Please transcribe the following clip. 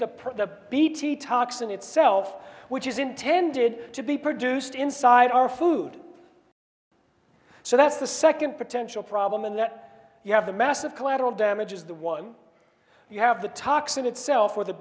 per the bt toxin itself which is intended to be produced inside our food so that's the second potential problem in that you have the massive collateral damage is the one you have the toxin itself or the